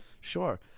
Sure